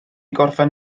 gorffen